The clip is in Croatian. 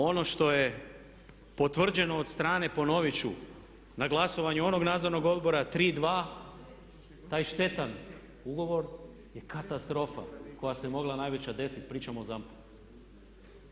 Ono što je potvrđeno od strane, ponoviti ću, na glasovanju onog nadzornog odbora 3:2 taj štetan ugovor je katastrofa koja se mogla najveća desiti pričamo o ZAMP-u.